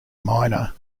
minor